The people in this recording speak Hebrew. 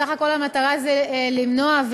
בסך-הכול המטרה היא למנוע,